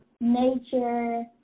nature